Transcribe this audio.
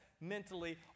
mentally